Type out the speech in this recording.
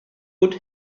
could